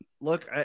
look